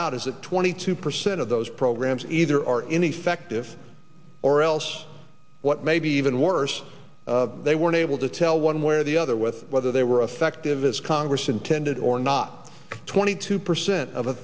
out is that twenty two percent of those programs either are ineffective or else what may be even worse they were unable to tell one way or the other with whether they were effective as congress intended or not twenty two percent of a